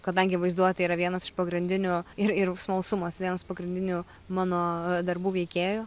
kadangi vaizduotė yra vienas iš pagrindinių ir ir smalsumas vienas pagrindinių mano darbų veikėjų